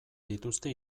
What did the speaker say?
dituzte